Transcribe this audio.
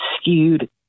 skewed